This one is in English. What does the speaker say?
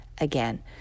again